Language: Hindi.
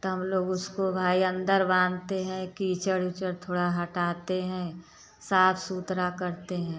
तो हम लोग उसको भाई अंदर बांधते हैं कीचड़ ओचड़ थोड़ा हटाते हैं साफ सुथरा करते हैं